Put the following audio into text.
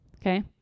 Okay